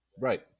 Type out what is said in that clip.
Right